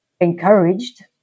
encouraged